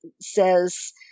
says